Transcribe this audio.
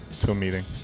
to a meeting.